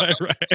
right